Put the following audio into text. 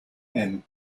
and